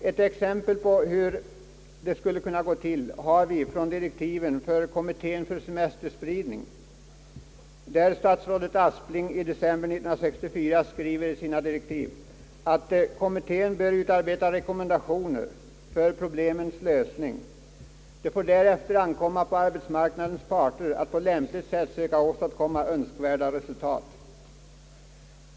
Ett exempel på hur det skulle kunna gå till har vi från direktiven för kommittén för semesterspridning, där statsrådet Aspling i december år 1964 skriver i sina direktiv, att kommittén bör utarbeta rekommendationer för problemens lösning. Det får därefter ankomma på arbetsmarknadens parter att på lämpligt sätt söka åstadkomma önskvärda resultat.